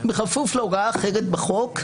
בכפוף להוראה אחרת בחוק,